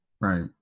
Right